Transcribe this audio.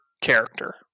character